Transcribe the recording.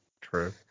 True